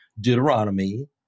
Deuteronomy